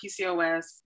PCOS